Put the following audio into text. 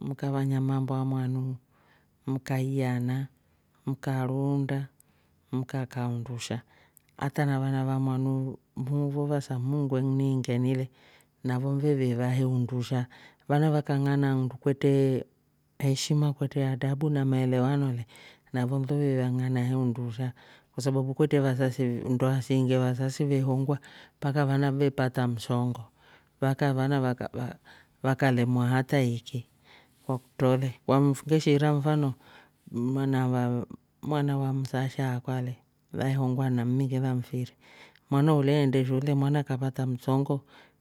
Mkafanya mambo amwanu mka iyana, mka ruunda, mka kaa undusha hata na vana vamwanu vo hasa mungu ekuniingeni le navo veve va he undusha, vana vakang'ana handu kwetre heshima kwetre adabu na maelewano le navo lo vevang'ana undusha kwa sababu kwetre vasasi ndoa siingi vasasi ve hongwa mpaka vana ve pata msongo, mpaka vana vaka- va vakalemwa hata iki kwakutro le, ngeshiira mfano mwana va- m mwana wa msasha akwa le vaehongwa na mmi kila mfiri mwana ulya eende shule mwana kapata msongo